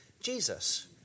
Jesus